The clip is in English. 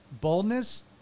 boldness